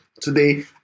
Today